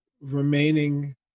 remaining